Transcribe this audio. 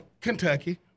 Kentucky